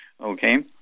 Okay